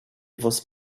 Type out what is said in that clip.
was